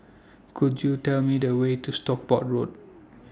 Could YOU Tell Me The Way to Stockport Road